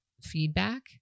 feedback